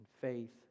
faith